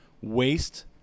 waste